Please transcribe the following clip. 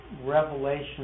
Revelation